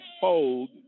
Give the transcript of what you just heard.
fold